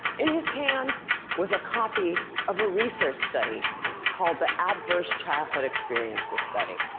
in his hand was a copy of a research study called the adverse childhood experiences study.